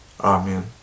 amen